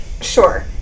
sure